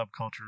subculture